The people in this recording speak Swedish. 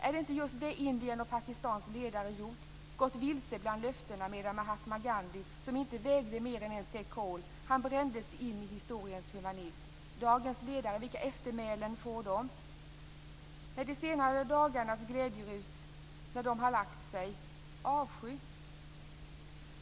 Är det inte just det Indiens och Pakistans ledare gjort - gått vilse bland löften, medan mahatma Gandhi, som inte vägde mer än en säck kol, brände sig in i historiens humanism? Vilka eftermälen får dagens ledare, sedan de senaste dagarnas glädjerus har lagt sig? Avsky?